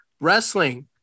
wrestling